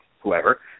whoever